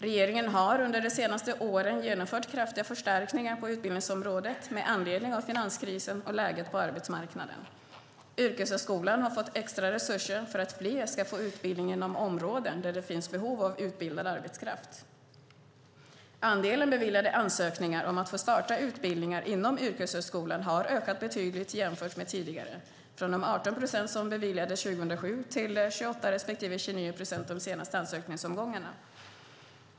Regeringen har under de senaste åren genomfört kraftiga förstärkningar på utbildningsområdet med anledning av finanskrisen och läget på arbetsmarknaden. Yrkeshögskolan har fått extra resurser för att fler ska få utbildning inom områden där det finns behov av utbildad arbetskraft. Andelen beviljade ansökningar om att få starta utbildningar inom yrkeshögskolan har ökat betydligt jämfört med tidigare, från de 18 procent som beviljades 2007 till 28 respektive 29 procent de senaste ansökningsomgångarna.